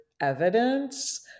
evidence